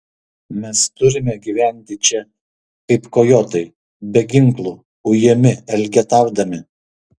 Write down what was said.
mes turime gyventi čia kaip kojotai be ginklų ujami elgetaudami